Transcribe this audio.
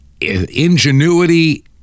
ingenuity